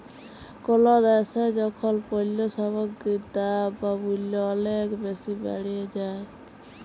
call দ্যাশে যখল পল্য সামগ্গির দাম বা মূল্য অলেক বেসি বাড়ে যায়